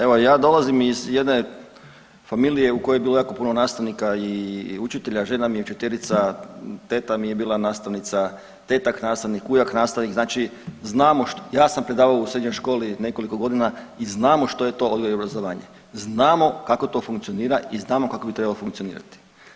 Evo ja dolazim iz jedne familije u kojoj je bilo jako puno nastavnika i učitelja, žena mi je učiteljica, teta mi je bila nastavnica, tetak nastavnik, ujak nastavnik znači znamo, ja sam predavao u srednjoj školi nekoliko godina i znamo što je to odgoj i obrazovanje, znamo kako to funkcionira i znamo kako bi trebalo funkcionirati.